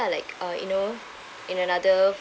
like uh you know in another